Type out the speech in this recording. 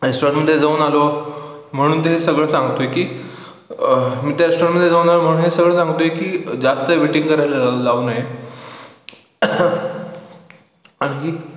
रेस्टॉरंटमध्ये जाऊन आलो म्हणून ते सगळं सांगतो आहे की मी त्या रस्टॉरंटमध्ये जाऊन आलो म्हणून हे सगळं सांगतो आहे की जास्त वेटिंग करायला लाव लावू नये आणखी